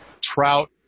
trout